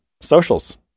Socials